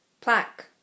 Plaque